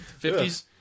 50s